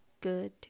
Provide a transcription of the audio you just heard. good